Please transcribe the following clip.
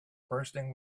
bursting